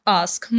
ask